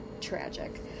tragic